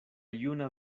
juna